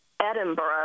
Edinburgh